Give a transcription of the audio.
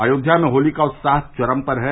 अयोध्या में होली का उत्साह चरम पर है